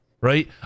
right